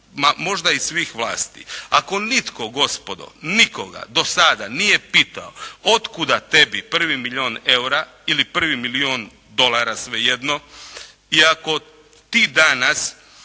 možda i svih vlasti. Ako nitko gospodo nikoga do sada nije pitao od kuda tebi prvi milijun eura ili prvi milijun dolara sve jedno i ako ti danas